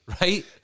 right